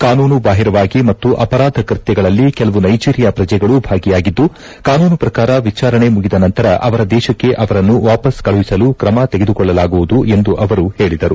ಕಾನೂನುಬಾಹಿರವಾಗಿ ಮತ್ತು ಅಪರಾಧ ಕೃತ್ಯಗಳಲ್ಲಿ ಕೆಲವು ನೈಜೀರಿಯಾ ಪ್ರಜೆಗಳು ಭಾಗಿಯಾಗಿದ್ದು ಕಾನೂನು ಪ್ರಕಾರ ವಿಚಾರಣೆ ಮುಗಿದ ನಂತರ ಅವರ ದೇಶಕ್ಕೆ ಅವರನ್ನು ವಾಪಸ್ಲ್ ಕಳುಹಿಸಲು ಕ್ರಮ ತೆಗೆದುಕೊಳ್ಳಲಾಗುವುದು ಎಂದು ಅವರು ಹೇಳಿದರು